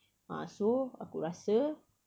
ah so aku rasa